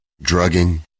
drugging